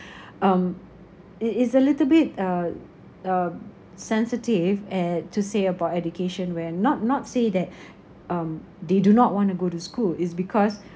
um it is a little bit uh uh sensitive ed~ to say about education when not not say that um they do not want to go to school it's because